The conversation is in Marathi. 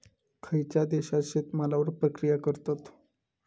खयच्या देशात शेतमालावर प्रक्रिया करतत?